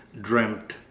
dreamt